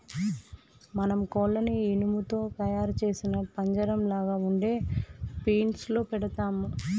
మనం కోళ్లను ఇనుము తో తయారు సేసిన పంజరంలాగ ఉండే ఫీన్స్ లో పెడతాము